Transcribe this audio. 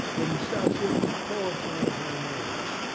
incessant torture of remorse.